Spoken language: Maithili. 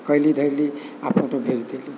आओर कएली धैली आओर फोटो भेज देली